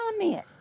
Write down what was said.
comment